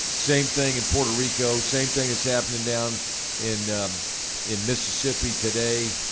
same thing in puerto rico. same thing that's happening down in in mississippi today,